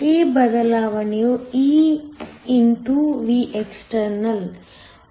ಈ ಬದಲಾವಣೆಯು e x Vext